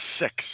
six